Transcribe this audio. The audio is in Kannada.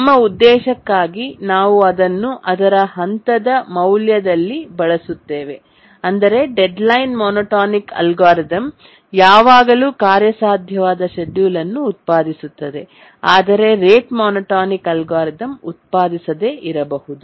ನಮ್ಮ ಉದ್ದೇಶಕ್ಕಾಗಿ ನಾವು ಅದನ್ನು ಅದರ ಹಂತದ ಮೌಲ್ಯದಲ್ಲಿ ಬಳಸುತ್ತೇವೆ ಅಂದರೆ ಡೆಡ್ಲೈನ್ ಮೊನೊಟೋನಿಕ್ ಅಲ್ಗಾರಿದಮ್ ಯಾವಾಗಲೂ ಕಾರ್ಯಸಾಧ್ಯವಾದ ಶೆಡ್ಯೂಲನ್ನು ಉತ್ಪಾದಿಸುತ್ತದೆ ಆದರೆ ರೇಟ್ ಮೋನೋಟೋನಿಕ್ ಅಲ್ಗಾರಿದಮ್ ಉತ್ಪಾದಿಸದೇ ಇರಬಹುದು